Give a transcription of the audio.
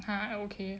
!huh! I okay